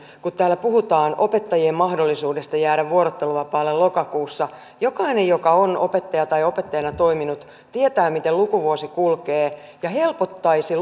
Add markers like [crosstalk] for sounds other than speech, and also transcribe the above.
kun täällä puhutaan opettajien mahdollisuudesta jäädä vuorotteluvapaalle lokakuussa niin jokainen joka on opettaja tai opettajana toiminut tietää miten lukuvuosi kulkee helpottaisi [unintelligible]